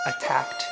attacked